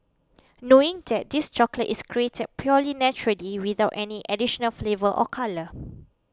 knowing that this chocolate is created purely naturally without any additional flavour or colour